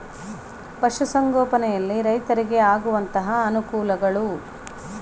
ಪಶುಸಂಗೋಪನೆಯಲ್ಲಿ ರೈತರಿಗೆ ಆಗುವಂತಹ ಅನುಕೂಲಗಳು?